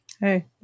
hey